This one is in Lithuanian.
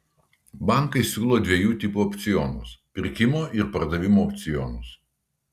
bankai siūlo dviejų tipų opcionus pirkimo ir pardavimo opcionus